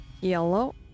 Yellow